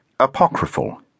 apocryphal